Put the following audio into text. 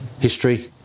History